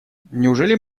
неужели